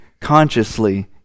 consciously